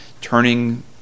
turning